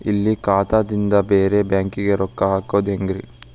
ಇಲ್ಲಿ ಖಾತಾದಿಂದ ಬೇರೆ ಬ್ಯಾಂಕಿಗೆ ರೊಕ್ಕ ಹೆಂಗ್ ಹಾಕೋದ್ರಿ?